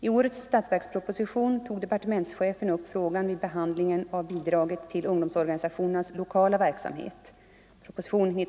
I årets statsverksproposition tog departementschefen upp frågan vid behandlingen av bidraget till ungdomsorganisationernas lokala verksamhet .